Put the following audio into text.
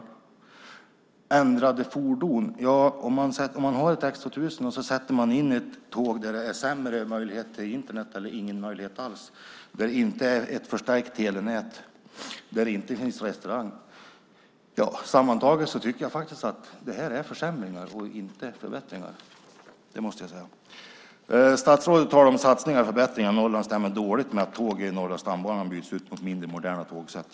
När det gäller ändrade fordon vill jag säga att om man har ett X 2000 och sätter in ett tåg med sämre eller ingen möjlighet till Internet, där det inte finns ett förstärkt telenät och där det inte finns restaurang tycker jag att det är försämringar, inte förbättringar. Statsrådet talar om satsningar och förbättringar när det gäller Norrland. Det stämmer dåligt med att tåg på Norra stambanan byts ut mot mindre moderna tågsätt.